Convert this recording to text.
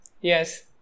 Yes